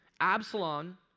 Absalom